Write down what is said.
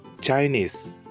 Chinese